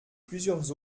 plusieurs